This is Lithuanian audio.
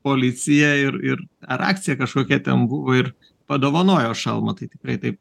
policija ir ir ar akcija kažkokia ten buvo ir padovanojo šalmą tai tikrai taip